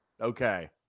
Okay